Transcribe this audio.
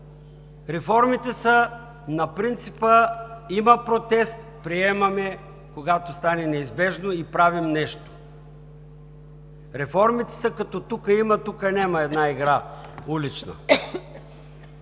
Реформите са на принципа: има протест – приемаме, когато стане неизбежно, и правим нещо. Реформите са като „тука има – тука няма“ – една игра, улична.